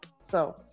So-